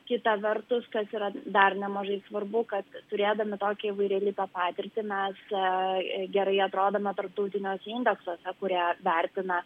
kita vertus kas yra dar nemažai svarbu kad turėdami tokį įvairialypę patirtį mes gerai atrodome tarptautiniuose indeksuose kurie vertina